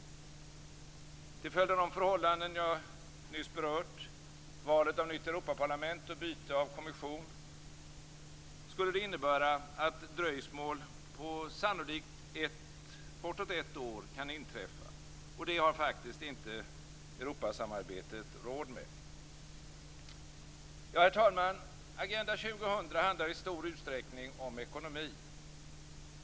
Till följd av de förhållanden som jag nyss berört - valet av nytt Europaparlament och byte av kommission - skulle det innebära ett dröjsmål på sannolikt bortåt ett år, och det har Europasamarbetet faktiskt inte råd med. Herr talman! Agenda 2000 handlar i stor utsträckning om ekonomi.